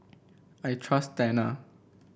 I trust Tena